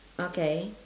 okay